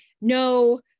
no